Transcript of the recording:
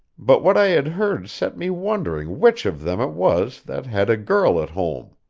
but what i had heard set me wondering which of them it was that had a girl at home.